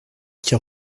qui